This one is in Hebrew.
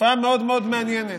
תופעה מאוד מאוד מעניינת.